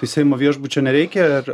seimo viešbučio nereikia ar